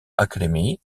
academy